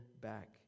back